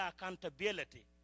accountability